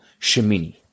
Shemini